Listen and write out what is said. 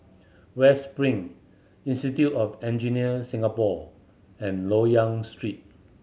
West Spring Institute of Engineer Singapore and Loyang Street